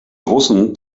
russen